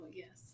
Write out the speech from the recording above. yes